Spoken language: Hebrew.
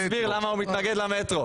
הוא יסביר למה הוא מתנגד למטרו.